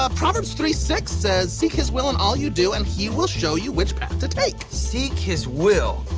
ah proverbs three six says, seek his will in all you do and he will show you which path to take. seek his will.